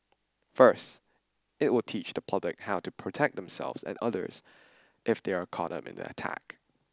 first it will teach the public how to protect themselves and others if they are caught up in an attack